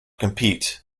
compete